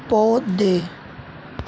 ਪੌਦੇ